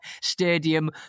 Stadium